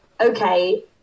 okay